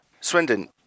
Swindon